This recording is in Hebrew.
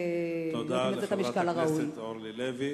תודה לחברת הכנסת אורלי לוי.